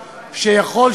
הנה,